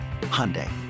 Hyundai